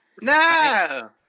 No